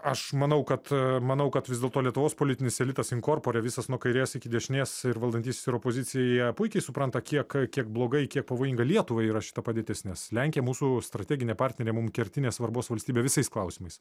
aš manau kad manau kad vis dėlto lietuvos politinis elitas inkorpore visas nuo kairės iki dešinės ir valdantysis ir opozicija jie puikiai supranta kiek kiek blogai kiek pavojinga lietuvai yra šita padėtis nes lenkija mūsų strateginė partnerė mum kertinė svarbos valstybė visais klausimais